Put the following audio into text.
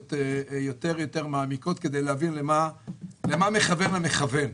יותר מעמיקות כדי להבין למה מכוון המכוון.